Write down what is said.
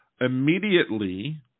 immediately